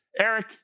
Eric